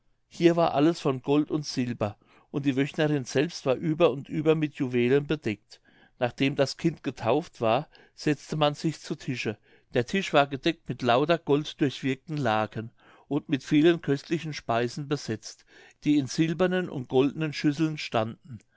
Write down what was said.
hier war alles von gold und silber und die wöchnerin selbst war über und über mit juwelen bedeckt nachdem das kind getauft war setzte man sich zu tische der tisch war gedeckt mit lauter golddurchwirkten laken und mit vielen köstlichen speisen besetzt die in silbernen und goldenen schüsseln standen